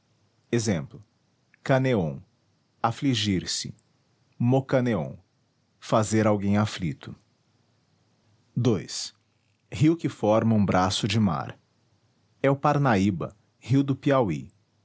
ex caneon afligir se mocaneon fazer alguém aflito ii rio que forma um braço de mar é o parnaíba rio do piauí